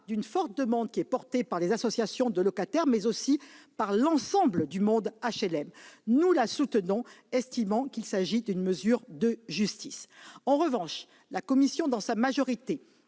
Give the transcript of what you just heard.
d'une demande forte des associations de locataires et de l'ensemble du monde HLM. Nous la soutenons, estimant qu'il s'agit d'une mesure de justice. En revanche, la commission, dans sa majorité,